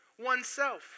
oneself